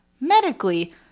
medically